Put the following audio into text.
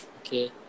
Okay